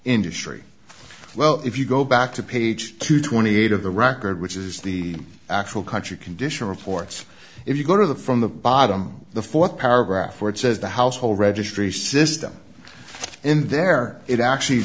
industry well if you go back to page two twenty eight of the record which is the actual country condition reports if you go to the from the bottom the fourth paragraph where it says the household registry system in there it actually